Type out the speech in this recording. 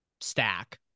stack